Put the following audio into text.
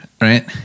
right